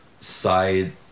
side